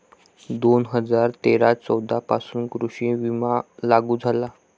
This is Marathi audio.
दोन हजार तेरा चौदा पासून कृषी विमा लागू झाला